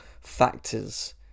factors